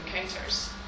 encounters